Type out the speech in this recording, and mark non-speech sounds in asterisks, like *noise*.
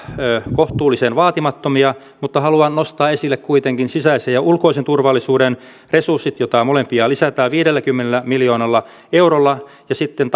kohtuullisen vaatimattomia mutta haluan nostaa esille kuitenkin sisäisen ja ulkoisen turvallisuuden resurssit joita molempia lisätään viidelläkymmenellä miljoonalla eurolla ja sitten *unintelligible*